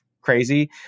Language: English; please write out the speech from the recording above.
crazy